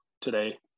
today